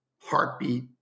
heartbeat